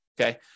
Okay